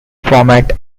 format